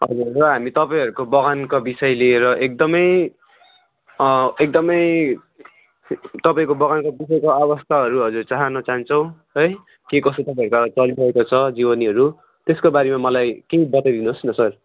हजुर र हामी तपाईँहरूको बगानको विषय लिएर एकदमै एकदमै तपाईँको बगानको विषयको अवस्थाहरू हजुर चाहन चाहन्छौँ है के कसो तपाईँहरूको अब चलिरहेको छ जीवनीहरू त्यसको बारेमा मलाई केही बताइदिनुहोस् न सर